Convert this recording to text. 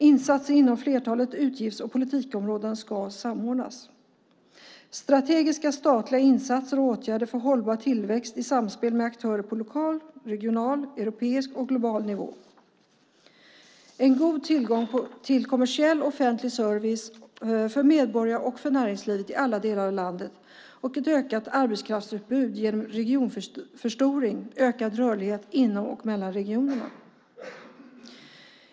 Insatser inom flertalet utgifts och politikområden ska samordnas. Strategiska statliga insatser och åtgärder för hållbar tillväxt ska vidtas i samspel med aktörer på lokal, regional, europeisk och global nivå. Det ska finnas en god tillgång till kommersiell offentlig service för medborgare och näringsliv i alla delar av landet och ett ökat arbetskraftsutbud genom regionförstoring och ökad rörlighet inom och mellan regionerna.